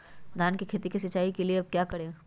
धान की खेती के लिए सिंचाई का क्या उपयोग करें?